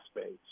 space